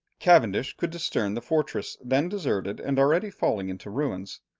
cavendish could discern the fortress, then deserted and already falling into ruins.